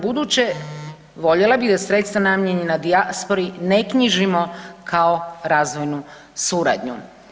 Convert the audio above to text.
Zato u buduće voljela bih da sredstva namijenjena dijaspori ne knjižimo kao razvojnu suradnju.